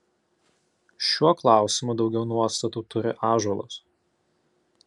šiuo klausimu daugiau nuostatų turi ąžuolas